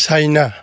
China